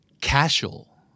Casual